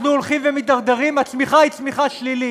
הולכים ומתדרדרים והצמיחה היא צמיחה שלילית.